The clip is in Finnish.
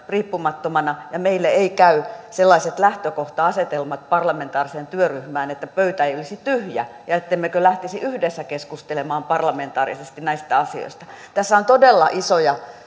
riippumattomana ja meille eivät käy sellaiset lähtökohta asetelmat parlamentaariseen työryhmään että pöytä ei olisi tyhjä ja ettemmekö lähtisi yhdessä keskustelemaan parlamentaarisesti näistä asioista tässä on todella isoja